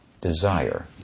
desire